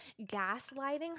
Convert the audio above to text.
gaslighting